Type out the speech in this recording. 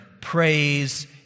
praise